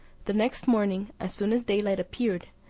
the next morning, as soon as daylight appeared,